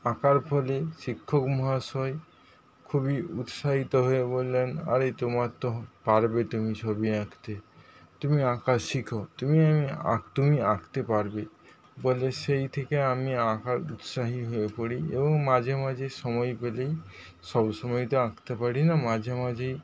আঁকার পরে শিক্ষক মহাশয় খুবই উৎসাহিত হয়ে বললেন আরে তোমার তো পারবে তুমি ছবি আঁকতে তুমি আঁকা শিখো তুমি আঁক তুমি আঁকতে পারবে ফলে সেই থেকে আমি আঁকার উৎসাহী হয়ে পড়ি এবং মাঝেমাঝে সময় পেলেই সবসময় তো আঁকতে পারিনা মাঝেমাঝেই